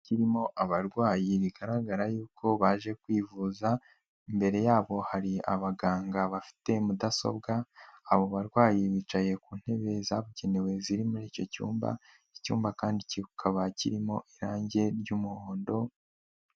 Kirimo abarwayi bigaragara yuko baje kwivuza, imbere yabo hari abaganga bafite mudasobwa ,abo barwayi bicaye ku ntebe zabugenewe ziri muri icyo cyumba. Icyumba kandi kikaba kirimo irangi ry'umuhondo.